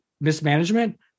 mismanagement